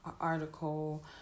article